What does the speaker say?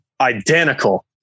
identical